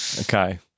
Okay